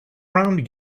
round